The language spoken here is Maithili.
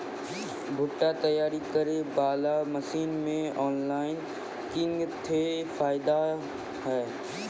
भुट्टा तैयारी करें बाला मसीन मे ऑनलाइन किंग थे फायदा हे?